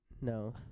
No